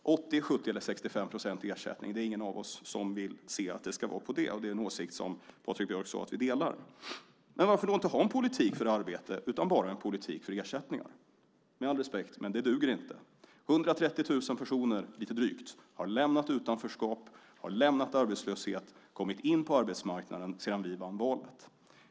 Det är ingen av oss som vill se att det ska vara 80, 70 eller 65 procents ersättning. Det är en åsikt som Patrik Björck sade att vi delar. Varför då inte ha en politik för arbete utan bara en politik för ersättningar? Det duger inte med det. Det är lite drygt 130 000 personer som har lämnat utanförskap och arbetslöshet och kommit in på arbetsmarknaden sedan vi vann valet.